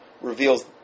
reveals